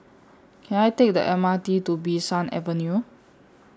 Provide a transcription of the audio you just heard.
Can I Take The M R T to Bee San Avenue